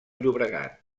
llobregat